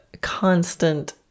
constant